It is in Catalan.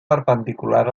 perpendicular